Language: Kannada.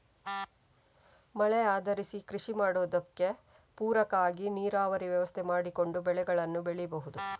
ಮಳೆ ಆಧರಿಸಿ ಕೃಷಿ ಮಾಡುದಕ್ಕೆ ಪೂರಕ ಆಗಿ ನೀರಾವರಿ ವ್ಯವಸ್ಥೆ ಮಾಡಿಕೊಂಡು ಬೆಳೆಗಳನ್ನ ಬೆಳೀಬಹುದು